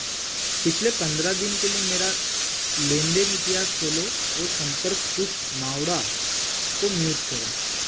पिछले पंद्रह दिन के लिए मेरा लेन देन इतिहास खोलें और संपर्क कुश मावड़ा को म्यूट करें